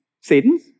Satan's